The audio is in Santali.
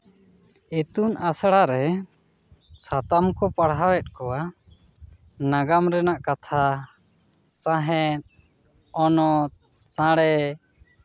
ᱤᱛᱩᱱ ᱟᱥᱲᱟ ᱨᱮ ᱥᱟᱛᱟᱢ ᱠᱚ ᱯᱟᱲᱦᱟᱣᱮᱫ ᱠᱚᱣᱟ ᱱᱟᱜᱟᱢ ᱨᱮᱱᱟᱜ ᱠᱟᱛᱷᱟ ᱥᱟᱶᱦᱮᱫ ᱦᱚᱱᱚᱛ ᱥᱟᱬᱮ